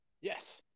Yes